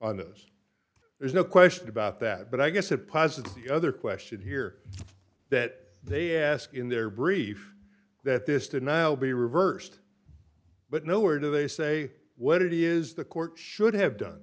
this there's no question about that but i guess it passes the other question here that they ask in their brief that this denial be reversed but no where do they say what it is the court should have done